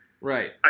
Right